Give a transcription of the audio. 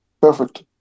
perfect